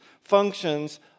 functions